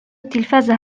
التلفاز